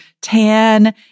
tan